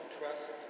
Trust